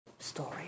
story